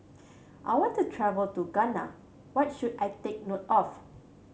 I want to travel to Ghana What should I take note of